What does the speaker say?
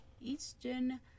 Eastern